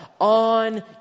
on